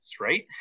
right